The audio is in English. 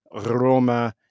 Roma